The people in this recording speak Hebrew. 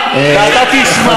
אתה תשמע,